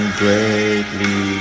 greatly